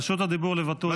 רשות הדיבור לוואטורי.